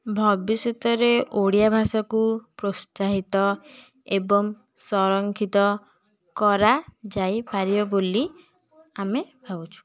ଭବିଷ୍ୟତରେ ଓଡ଼ିଆ ଭାଷାକୁ ପ୍ରୋତ୍ସାହିତ ଏବଂ ସଂରକ୍ଷିତ କରାଯାଇ ପାରିବ ବୋଲି ଆମେ ଭାବୁଛୁ